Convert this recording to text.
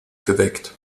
geweckt